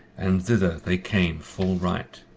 and thither they came full right.